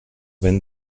ben